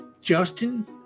Justin